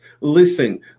listen